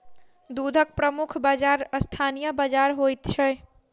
दूधक प्रमुख बाजार स्थानीय बाजार होइत छै